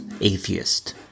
atheist